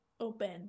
open